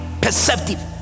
perceptive